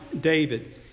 David